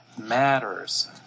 matters